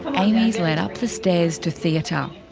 but amy's led up the stairs to theatre.